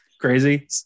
crazy